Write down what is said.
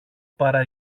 παρά